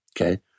Okay